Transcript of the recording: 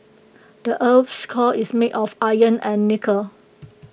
the Earth's core is made of iron and nickel